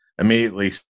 immediately